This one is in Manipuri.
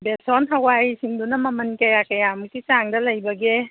ꯕꯦꯁꯣꯟ ꯍꯋꯥꯏꯁꯤꯡꯗꯨꯅ ꯃꯃꯟ ꯀꯌꯥ ꯀꯌꯥꯃꯨꯛꯀꯤ ꯆꯥꯡꯗ ꯂꯩꯕꯒꯦ